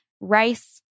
rice